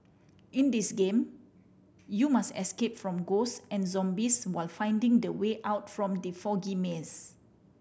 in this game you must escape from ghosts and zombies while finding the way out from the foggy maze